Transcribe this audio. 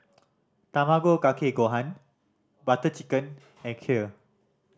Tamago Kake Gohan Butter Chicken and Kheer